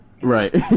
Right